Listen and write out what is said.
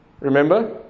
Remember